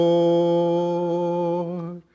Lord